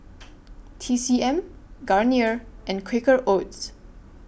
T C M Garnier and Quaker Oats